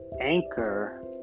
Anchor